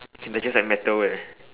can digest like metal eh